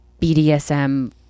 BDSM